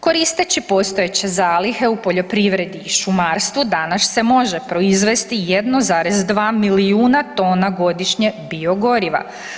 Koristeći postojeće zalihe u poljoprivredi i šumarstvu danas se može proizvesti 1,2 milijuna tona godišnje biogoriva.